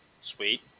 Sweet